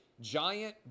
Giant